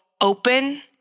open